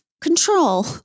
control